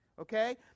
Okay